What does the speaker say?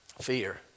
fear